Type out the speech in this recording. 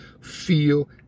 feel